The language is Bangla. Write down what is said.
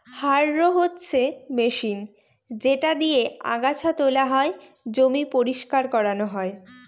হাররো হচ্ছে মেশিন যেটা দিয়েক আগাছা তোলা হয়, জমি পরিষ্কার করানো হয়